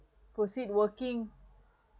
proceed working